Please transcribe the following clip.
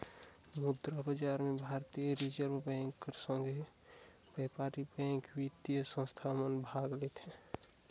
मुद्रा बजार में भारतीय रिजर्व बेंक कर संघे बयपारिक बेंक, बित्तीय संस्था मन भाग लेथें